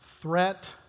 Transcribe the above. Threat